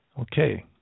Okay